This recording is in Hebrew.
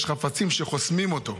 יש חפצים שחוסמים אותו,